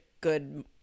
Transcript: good